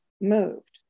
moved